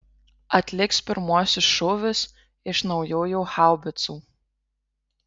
atliks pirmuosius šūvius iš naujųjų haubicų